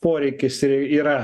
poreikis yra